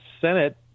Senate